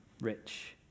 rich